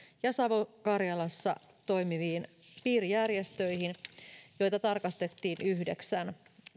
ja savo karjalassa toimiviin piirijärjestöihin joita tarkastettiin yhdeksän